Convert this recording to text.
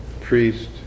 priest